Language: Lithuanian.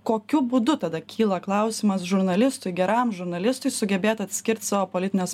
kokiu būdu tada kyla klausimas žurnalistui geram žurnalistui sugebėt atskirt savo politines